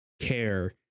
care